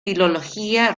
filología